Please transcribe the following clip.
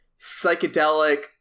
psychedelic